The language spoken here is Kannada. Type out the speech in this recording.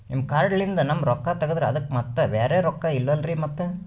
ನಿಮ್ ಕಾರ್ಡ್ ಲಿಂದ ನಮ್ ರೊಕ್ಕ ತಗದ್ರ ಅದಕ್ಕ ಮತ್ತ ಬ್ಯಾರೆ ರೊಕ್ಕ ಇಲ್ಲಲ್ರಿ ಮತ್ತ?